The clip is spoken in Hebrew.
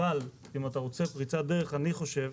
אבל אם אתה רוצה פריצת דרך אני חושב